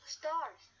stars